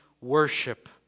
worship